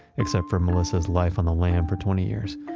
except for melissa's life on the lam for twenty years.